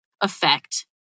effect